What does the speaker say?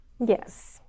Yes